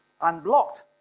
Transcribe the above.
unblocked